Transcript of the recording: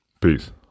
Peace